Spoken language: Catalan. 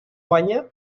guanya